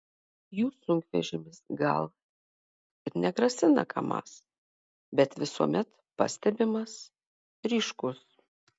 jų sunkvežimis gal ir negrasina kamaz bet visuomet pastebimas ryškus